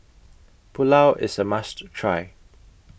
Pulao IS A must Try